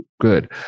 Good